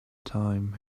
time